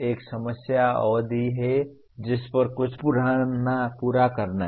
एक समय अवधि है जिस पर कुछ पूरा करना है